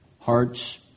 hearts